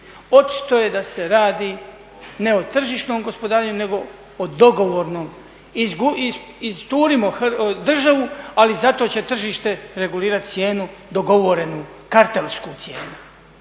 Očito je da se radi ne o tržišnom gospodarenju nego o dogovornom. Isturimo državu, ali zato će tržište regulirat cijenu, dogovorenu kartelsku cijenu,